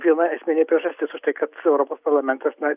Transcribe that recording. pilna esminė priežastis užtai kad europos parlamentas na